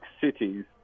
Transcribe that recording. cities